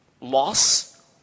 Loss